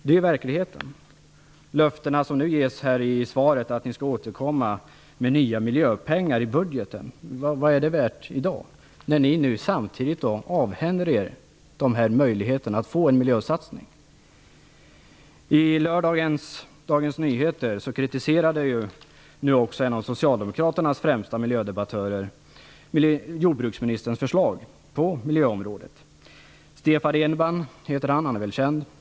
I svaret ges ett löfte att ni skall återkomma med nya miljöpengar i budgeten. Vad är det värt i dag, när ni nu samtidigt avhänder er de här möjligheterna att få en miljösatsning? I Dagens Nyheter i lördags kritiserar också en av Socialdemokraternas främsta miljödebattörer jordbruksministerns förslag på miljöområdet. Han heter Stefan Edman och är väl känd.